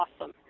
awesome